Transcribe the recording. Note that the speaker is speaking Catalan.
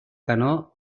canó